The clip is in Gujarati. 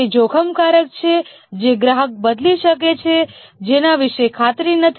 તે જોખમકારક છે જે ગ્રાહક બદલી શકે છે જેના વિશે ખાતરી નથી